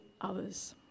others